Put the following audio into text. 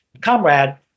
comrade